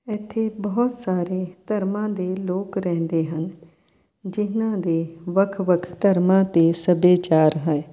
ਇੱਥੇ ਬਹੁਤ ਸਾਰੇ ਧਰਮਾਂ ਦੇ ਲੋਕ ਰਹਿੰਦੇ ਹਨ ਜਿਨ੍ਹਾਂ ਦੇ ਵੱਖ ਵੱਖ ਧਰਮਾਂ ਅਤੇ ਸੱਭਿਆਚਾਰ ਹੈ